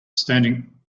standing